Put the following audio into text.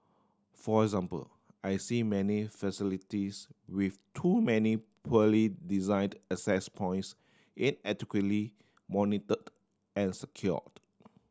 for example I see many facilities with too many poorly designed access points inadequately monitored and secured